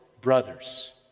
brothers